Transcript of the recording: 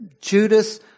Judas